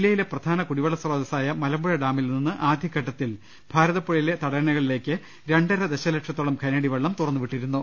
ജില്ലയിലെ പ്രധാന കുടിവെള്ള സ്രോതസ്സായ മലമ്പുഴ ഡാമിൽ നിന്ന് ആദ്യ ഘട്ടത്തിൽ ഭാരതപുഴയിലേ തടയണകളിലേക്കു രണ്ടര ദശ ലക്ഷത്തോളം ഘനയടി വെള്ളം തുറന്നു വിട്ടിരുന്നു